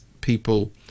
people